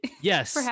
yes